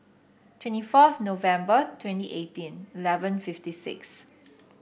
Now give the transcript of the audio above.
twenty fourth November twenty eighteen eleven fifty six